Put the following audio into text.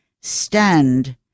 Stand